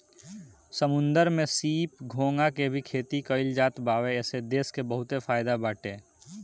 समुंदर में सीप, घोंघा के भी खेती कईल जात बावे एसे देश के बहुते फायदा बाटे